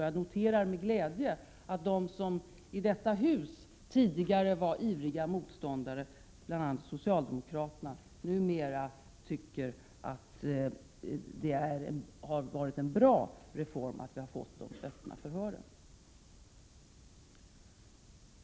Jag noterar med glädje att de som i detta hus tidigare var ivriga motståndare, bl.a. socialdemokraterna, numera tycker att det har varit en bra reform att införa de öppna förhören.